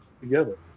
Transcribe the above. together